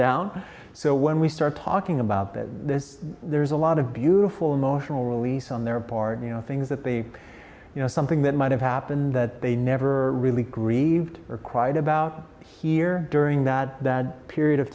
down so when we start talking about that there's a lot of beautiful emotional release on their part you know things that they you know something that might have happened that they never really grieved or quiet about here during that period of